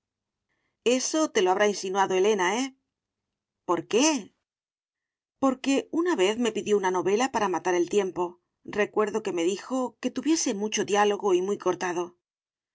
eso te lo habrá insinuado elena eh por qué porque una vez que me pidió una novela para matar el tiempo recuerdo que me dijo que tuviese mucho diálogo y muy cortado